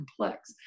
complex